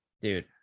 Dude